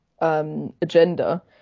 agenda